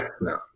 no